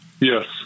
Yes